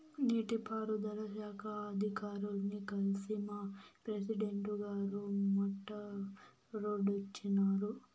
నీటి పారుదల శాఖ అధికారుల్ని కల్సి మా ప్రెసిడెంటు గారు మాట్టాడోచ్చినారు